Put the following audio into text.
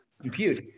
compute